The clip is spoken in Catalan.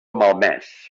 malmès